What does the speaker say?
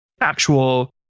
actual